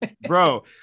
Bro